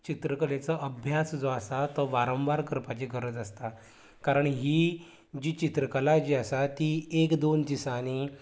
चित्रकलेचो अभ्यास जो आसा तो वारंवार करपाची गरज आसता कारण ही जी चित्रकला जी आसा ती एक दोन दिसांनी